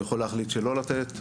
יכול להחליט שלא לתת,